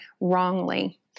wrongly